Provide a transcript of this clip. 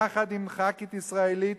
יחד עם ח"כית ישראלית,